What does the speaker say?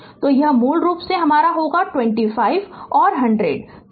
तो यह मूल रूप से हमारा होगा यह 25 और 100 है